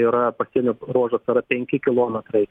yra pasienio ruožas yra penki kilometrai